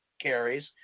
carries